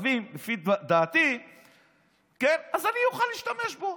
הקווים לפי דעתי אז אני אוכל להשתמש בו.